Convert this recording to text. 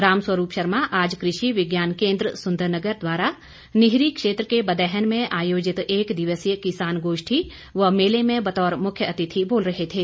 राम स्वरूप शर्मा आज कृषि विज्ञान केन्द्र सुंदरनगर द्वारा निहरी क्षेत्र के बदैहन में आयोजित एक दिवसीय किसान गोष्ठी व मेले में बतौर मुख्य अतिथि बोल रहे थे